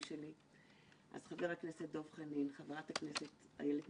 בעבר חודש ניסן היה החודש הראשון בשנה,